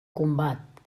combat